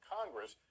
Congress